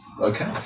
okay